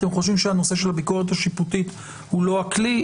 אתם חושבים שהנושא של הביקורת השיפוטית הוא לא הכלי,